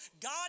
God